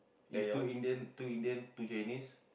if two Indian two Indian two Chinese